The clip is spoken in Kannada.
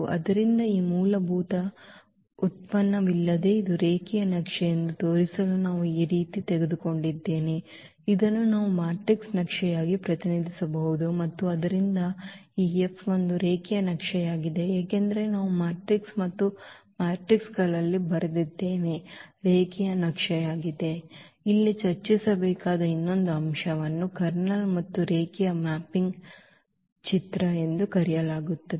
ಆದ್ದರಿಂದ ಈ ಮೂಲಭೂತ ವ್ಯುತ್ಪನ್ನವಿಲ್ಲದೆ ಇದು ರೇಖೀಯ ನಕ್ಷೆ ಎಂದು ತೋರಿಸಲು ನಾವು ಈ ರೀತಿ ತೆಗೆದುಕೊಂಡಿದ್ದೇವೆ ಇದನ್ನು ನಾವು ಮ್ಯಾಟ್ರಿಕ್ಸ್ ನಕ್ಷೆಯಾಗಿ ಪ್ರತಿನಿಧಿಸಬಹುದು ಮತ್ತು ಆದ್ದರಿಂದ ಈ F ಒಂದು ರೇಖೀಯ ನಕ್ಷೆಯಾಗಿದೆ ಏಕೆಂದರೆ ನಾವು ಮ್ಯಾಟ್ರಿಕ್ಸ್ ಮತ್ತು ಮ್ಯಾಟ್ರಿಕ್ಸ್ಗಳಲ್ಲಿ ಬರೆದಿದ್ದೇವೆ ರೇಖೀಯ ನಕ್ಷೆಯಾಗಿದೆ ಇಲ್ಲಿ ಚರ್ಚಿಸಬೇಕಾದ ಇನ್ನೊಂದು ಅಂಶವನ್ನು ಕರ್ನಲ್ ಮತ್ತು ರೇಖೀಯ ಮ್ಯಾಪಿಂಗ್ನ ಚಿತ್ರ ಎಂದು ಕರೆಯಲಾಗುತ್ತದೆ